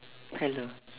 hello